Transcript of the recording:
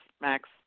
Max